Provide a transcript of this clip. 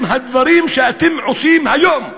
הם הדברים שאתם עושים היום,